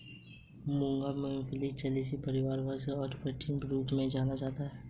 मूंगा चमेली ओलेसी परिवार से वानस्पतिक रूप से निक्टेन्थिस आर्बर ट्रिस्टिस के रूप में जाना जाता है